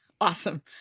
awesome